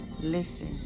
listen